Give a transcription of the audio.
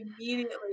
immediately